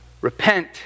Repent